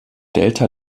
delta